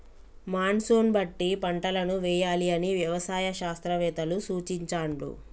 monsoon బట్టి పంటలను వేయాలి అని వ్యవసాయ శాస్త్రవేత్తలు సూచించాండ్లు